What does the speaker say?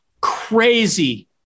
crazy